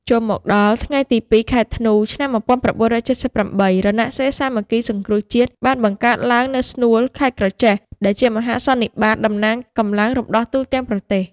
ចូលមកដល់នៅថ្ងៃទី ២ ខែធ្នូ ឆ្នាំ១៩៧៨ រណសិរ្សសាមគ្គីសង្គ្រោះជាតិបានបង្កើតឡើងនៅ ស្នួល ខេត្ត ក្រចេះ ដែលជាមហាសន្និបាត តំណាងកម្លាំងរំដោះទូទាំងប្រទេស ។